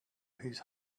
his